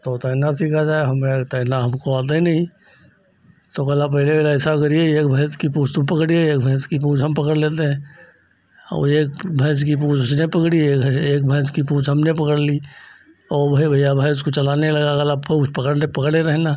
तो तैरना सीखा जाए हम कहे तैरना हमको आता ही नहीं तो बोला पहले ऐसा करिए एक भैंस की पूँछ तुम पकड़िए एक भैंस की पूँछ हम पकड़ लेते हैं और एक भैंस की पूँछ उसने पकड़ी एक एक भैंस की पूँछ हमने पकड़ ली और वही भइया भैंस को चलाने लगा अगला पूँछ पकड़ ले पकड़े रहना